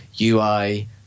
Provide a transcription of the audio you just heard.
ui